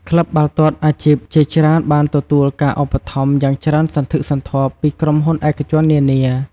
ក្លឹបបាល់ទាត់អាជីពជាច្រើនបានទទួលការឧបត្ថម្ភយ៉ាងច្រើនសន្ធឹកសន្ធាប់ពីក្រុមហ៊ុនឯកជននានា។